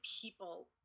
people